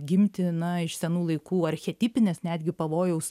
gimti na iš senų laikų archetipinės netgi pavojaus